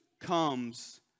comes